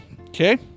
Okay